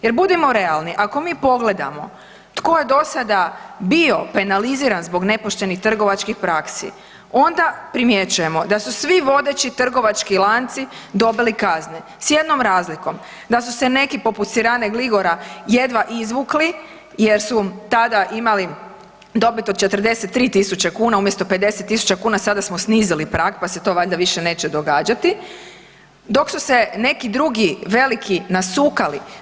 Jer budimo realni, ako mi pogledamo tko je dosada bio penaliziran zbog nepoštenih trgovačkih praksi onda primjećujemo da su svi vodeći trgovački lanci dobili kazne s jednom razlikom, da su se neki poput Sirane Gligora jedva izvukli jer su tada imali dobit od 43.000 kuna umjesto 50.000 kuna sada smo snizili prag pa se to valjda više neće događati, dok su se neki drugi veliki nasukali.